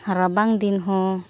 ᱨᱟᱵᱟᱝ ᱫᱤᱱ ᱦᱚᱸ